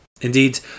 Indeed